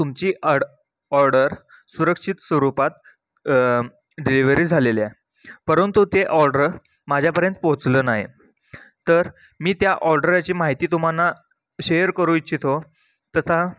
तुमची ऑड ऑर्डर सुरक्षित स्वरूपात डिलिव्हरी झालेली आहे परंतु ते ऑर्डर माझ्यापर्यंत पोचलं नाही तर मी त्या ऑर्डरची माहिती तुम्हाला शेअर करू इच्छितो तथा